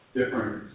different